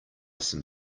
some